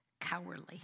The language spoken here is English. Cowardly